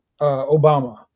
Obama